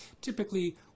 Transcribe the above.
Typically